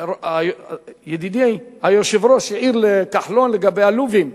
ידידי היושב-ראש העיר לכחלון לגבי הלובים.